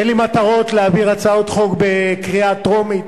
אין לי מטרות להעביר הצעות חוק בקריאה טרומית